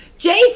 Jason